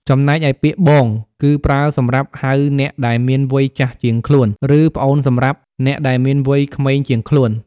ចំណែកឯពាក្យ បង គឺ ប្រើសម្រាប់ហៅអ្នកដែលមាន វ័យចាស់ជាងខ្លួន ឬ ប្អូនសម្រាប់ អ្នកដែលមានវ័យក្មេងជាង ខ្លួន។